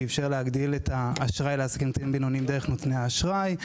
שאפשר להגדיל את האשראי לעסקים קטנים ובינוניים דרך נותני האשראי,